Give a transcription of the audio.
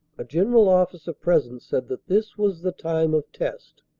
a general officer present said that this was the time of test,